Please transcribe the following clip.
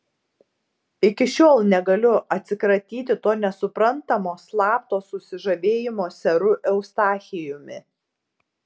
iki šiol negaliu atsikratyti to nesuprantamo slapto susižavėjimo seru eustachijumi